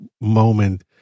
moment